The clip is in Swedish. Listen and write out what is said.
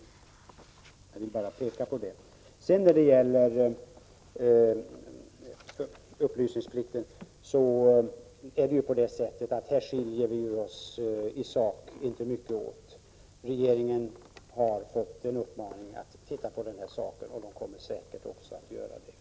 Jag vill bara peka på det. När det gäller upplysningsplikten: Här skiljer vi oss i sak inte mycket åt. Prot. 1986/87:134 Regeringen har fått en uppmaning att titta på detta och kommer säkert också att göra det.